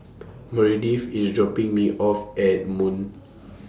Meredith IS dropping Me off At Moon